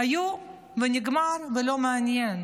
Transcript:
היו, ונגמר, לא מעניין.